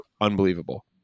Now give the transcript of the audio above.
unbelievable